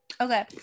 Okay